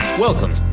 Welcome